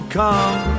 come